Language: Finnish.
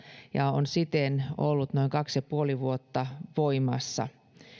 ja on siten ollut noin kaksi ja puoli vuotta voimassa